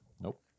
Nope